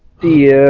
the